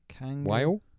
whale